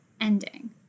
ending